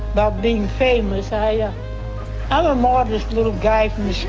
about being famous. ah yeah i'm a modest little guy from